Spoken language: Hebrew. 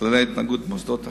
כללי ההתנהגות במוסדות החינוך,